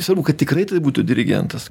svarbu kad tikrai tai būtų dirigentas